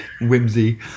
Whimsy